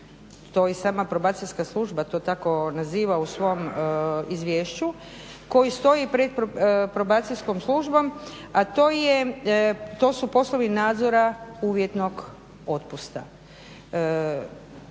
to i sama Probacijska služba to tako naziva u svom izvješću koji stoji pred Probacijskom službom a to su poslovi nadzora uvjetnog otpusta.